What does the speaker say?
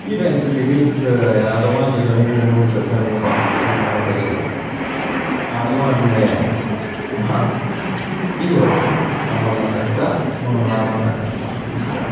Ij pens che chest è 'na domanda che ognun 'e nuje s' è semp fatt dint 'a vita soja. 'A domanda è, ma i sord 'a ponn accattà o nun 'a ponn accattà 'a felicità?